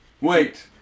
wait